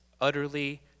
utterly